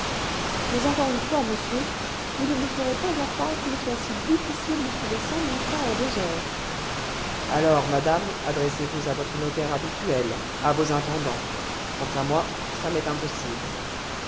mais encore une fois monsieur vous ne me ferez pas accroire qu'il soit si difficile de trouver cent mille francs en deux heures alors madame adressez-vous à votre notaire habituel à vos intendants quant à moi ça m'est impossible